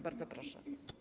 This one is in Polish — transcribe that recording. Bardzo proszę.